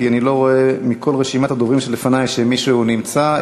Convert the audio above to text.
כי אני לא רואה מכל רשימת הדוברים שלפני שמישהו נמצא.